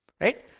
Right